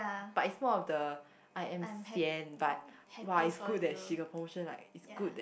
but it's more of the I'm sian but !wah! it's good that she got promotion like it's good that